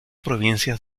provincias